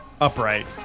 Upright